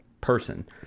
person